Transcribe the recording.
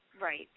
right